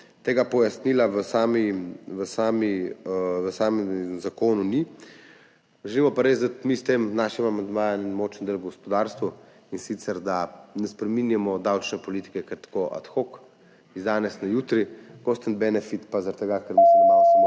Tega pojasnila v samem zakonu ni. Želimo pa res dati s tem našim amandmajem en močen del gospodarstvu, in sicer da ne spreminjamo davčne politike kar tako ad hoc, iz danes na jutri, cost-benefit pa zaradi tega, ker mislim, da imamo samo